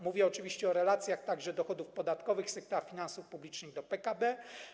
Mówię oczywiście także o relacjach dochodów podatkowych sektora finansów publicznych do PKB.